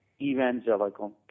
Evangelical